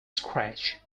scratch